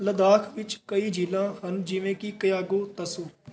ਲੱਦਾਖ ਵਿੱਚ ਕਈ ਝੀਲਾਂ ਹਨ ਜਿਵੇਂ ਕਿ ਕਯਾਗੋ ਦਸੋ